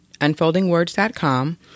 unfoldingwords.com